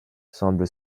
semble